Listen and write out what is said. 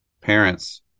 parents